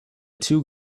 two